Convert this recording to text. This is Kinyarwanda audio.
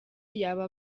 yaba